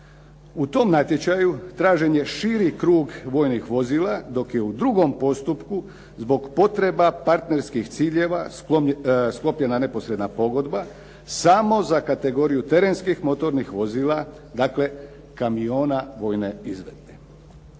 U tom natječaju tražen je širi krug vojnih vozila dok je u drugom postupku zbog potreba partnerskih ciljeva sklopljena neposredna pogodba samo za kategoriju terenskih motornih vozila, dakle, kamiona vojne izvedbe.